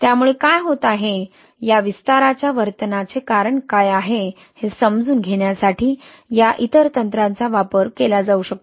त्यामुळे काय होत आहे या विस्ताराच्या वर्तनाचे कारण काय आहे हे समजून घेण्यासाठी या इतर तंत्रांचा वापर केला जाऊ शकतो